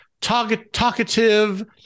talkative